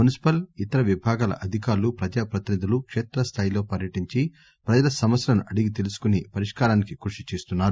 municipal ఇతర విభాగాల అధికారులు ప్రజాప్రతినిధులు కేత్రస్దాయిలో పర్యటించి ప్రజల సమస్యలను అడిగి తెలుసుకుని పరిష్కారానికి కృషి చేస్తున్నారు